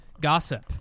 Gossip